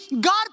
God